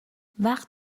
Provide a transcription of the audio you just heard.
وقت